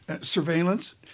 Surveillance